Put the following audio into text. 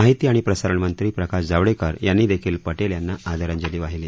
माहिती आणि प्रसारण मंत्री प्रकाश जावडेकर यांनी देखील पटेल यांना आदरांजली वाहिली